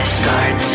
start